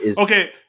Okay